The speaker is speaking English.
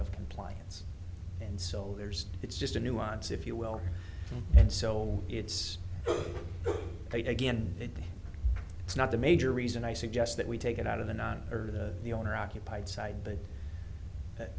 of compliance and so there's it's just a nuance if you will and so it's again it's not the major reason i suggest that we take it out of the not the owner occupied side but